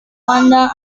banda